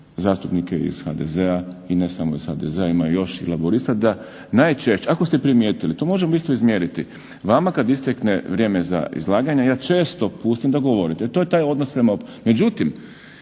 zastupnike iz HDZ-a i ne samo iz HDZ-a, ima ih još i Laburista, da najčešće ako ste primijetili, to možemo isto izmjeriti, vama kad istekne vrijeme za izlaganje ja često pustim da govorite, to je taj odnos prema oporbi.